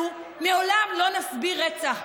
אנחנו לעולם לא נסביר רצח.